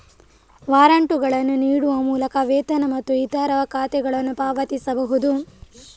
ವಾರಂಟುಗಳನ್ನು ನೀಡುವ ಮೂಲಕ ವೇತನ ಮತ್ತು ಇತರ ಖಾತೆಗಳನ್ನು ಪಾವತಿಸಬಹುದು